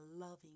loving